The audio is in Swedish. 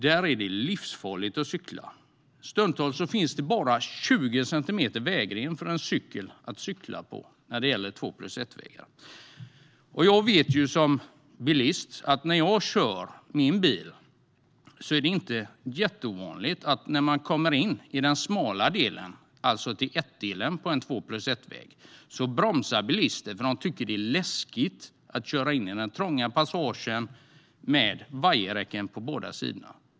Där är det livsfarligt att cykla. På en två-plus-ett-väg finns det stundtals bara 20 centimeter vägren att cykla på. Jag vet att det inte är så ovanligt att vi bilister bromsar när vi kommer in på den smala delen av en två-plus-ett-väg, alltså ett-delen, för många av oss tycker att det är läskigt att köra in i den trånga passagen med vajerräcken på båda sidor.